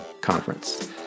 conference